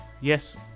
Yes